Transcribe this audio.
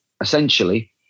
essentially